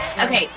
Okay